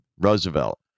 Roosevelt